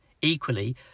equally